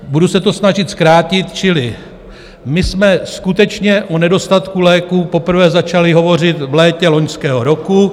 Budu se to snažit zkrátit, čili my jsme skutečně o nedostatku léků poprvé začali hovořit v létě loňského roku.